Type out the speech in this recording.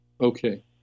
Okay